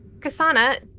Kasana